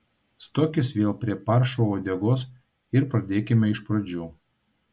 stokis vėl prie paršo uodegos ir pradėkime iš pradžių